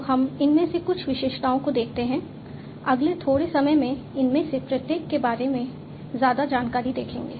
तो हम इनमें से कुछ विशेषताओं को देखते हैं अगले थोड़े समय में इनमें से प्रत्येक के बारे में ज्यादा जानकारी देखेंगे